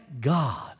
God